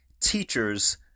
teachers